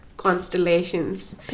constellations